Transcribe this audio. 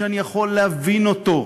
שאני יכול להבין אותו,